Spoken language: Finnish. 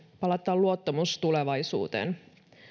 palauttaa luottamus tulevaisuuteen